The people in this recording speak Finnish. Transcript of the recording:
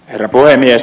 herra puhemies